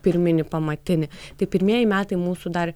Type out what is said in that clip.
pirminį pamatinį tai pirmieji metai mūsų dar